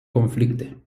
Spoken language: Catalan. conflicte